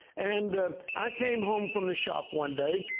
and i came home from the shop one day,